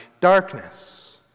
darkness